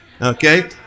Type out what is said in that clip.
okay